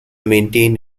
maintained